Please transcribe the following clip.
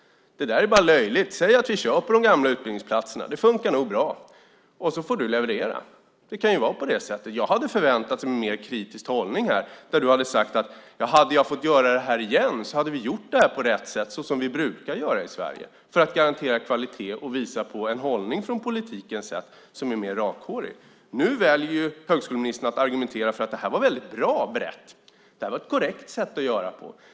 Det är bara löjligt. Säg att vi kör på de gamla utbildningsplatserna. Det funkar nog bra, och så får du leverera. Det kan ju vara på det sättet. Jag hade förväntat mig en mer kritisk hållning här, där du hade sagt att hade jag fått göra det här igen hade vi gjort på rätt sätt, så som vi brukar göra i Sverige för att garantera kvalitet och visa på en rakare hållning från politikens sida. Nu väljer högskoleministern att argumentera för att det här var väldigt bra berett. Det här var ett korrekt sätt att göra det på.